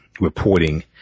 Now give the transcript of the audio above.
reporting